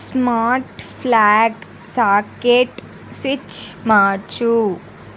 smart plug socket switch March